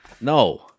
No